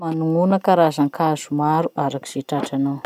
Manognona karazan-kazo maro araky ze tratranao.